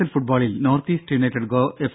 L ഫുട്ബോളിൽ North East United F